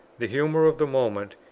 the humour of the moment,